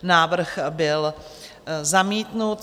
Návrh byl zamítnut.